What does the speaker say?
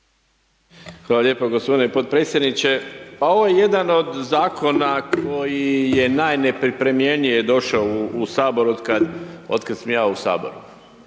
Hvala lijepo g. potpredsjedniče. Pa ovo je jedan od Zakona koji je najnepripremljenije došao u HS otkad sam ja u HS.